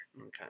Okay